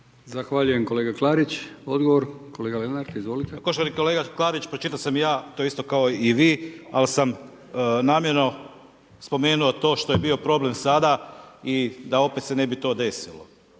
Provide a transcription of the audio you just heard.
Zahvaljujem kolega Klarić. Odgovor? Kolega Lenart, izvolite. **Lenart, Željko (HSS)** Poštovani kolega Klarić, pročitao sam to isto kao i vi, ali sam namjerno spomenuo to što je bio problem sada i da opet se ne bi desilo.